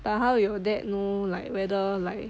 but how your dad know like whether like